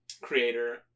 creator